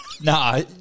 Nah